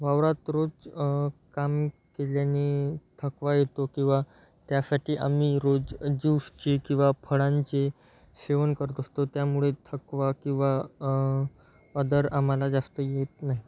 वावरात रोज काम केल्याने थकवा येतो किंवा त्यासाठी आम्ही रोज ज्यूसची किंवा फळांचे सेवन करत असतो त्यामुळे थकवा किंवा अदर आम्हाला जास्त येत नाही